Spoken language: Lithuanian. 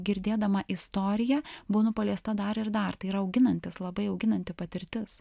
girdėdama istoriją būnu paliesta dar ir dar tai yra auginantis labai auginanti patirtis